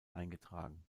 eingetragen